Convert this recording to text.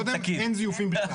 כמו שאמרתי קודם, אין זיופים בכלל.